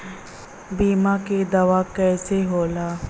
बीमा के दावा कईसे होला?